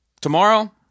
Tomorrow